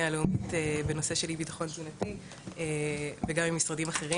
למדעים בנושא של ביטחון תזונתי וגם עם משרדים אחרים.